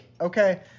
okay